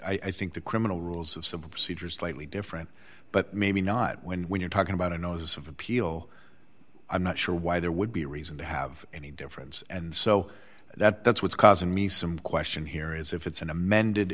to i think the criminal rules of civil procedure is slightly different but maybe not when when you're talking about a notice of appeal i'm not sure why there would be a reason to have any difference and so that that's what's causing me some question here is if it's an amended